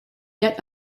yet